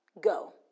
go